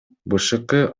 бшк